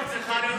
כאן.